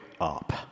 up